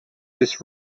this